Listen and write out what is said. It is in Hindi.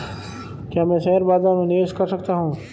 क्या मैं शेयर बाज़ार में निवेश कर सकता हूँ?